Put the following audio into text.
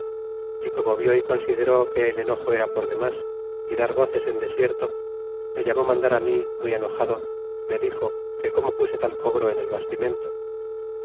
y como vió y consideró que el enojo era por denlas y dar voces iv tas y como llegué de noche ya que escurecia en desierto me mandó llamar á mi y muy enojado me dixo que como puse tal cobro en el bastimento